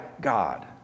God